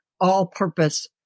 all-purpose